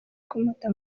kumuta